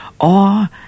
or